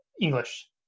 English